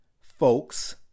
Folks